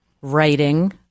writing